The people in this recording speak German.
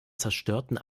zerstörten